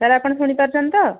sir ଆପଣ ଶୁଣି ପାରୁଛନ୍ତି ତ